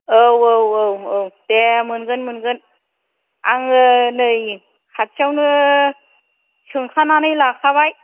औ औ औ औ दे मोनगोन मोनगोन आङो नै खाथियावनो सोंखानानै लाखाबाय